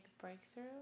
breakthrough